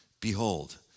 behold